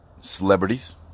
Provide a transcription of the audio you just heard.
celebrities